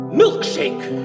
milkshake